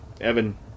Evan